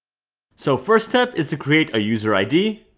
so first step is to create a user id